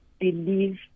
believe